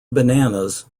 bananas